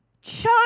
chose